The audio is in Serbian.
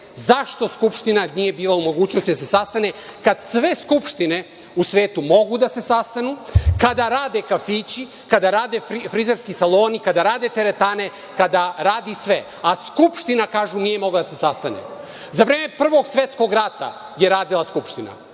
zašto Skupština nije bila u mogućnosti da se sastane kad sve skupštine u svetu mogu da se sastanu, kada rade kafići, kada rade frizerski saloni, kada rade teretane, kada radi sve, a Skupština, kažu, nije mogla da se sastane.Za vreme Prvog svetskog rata je radila Skupština,